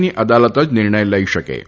ની અદાલત જ નિર્ણય લઇ શકે છે